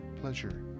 pleasure